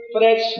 fresh